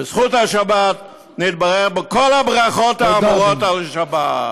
ובזכות השבת נתברך בכל הברכות האמורות על השבת.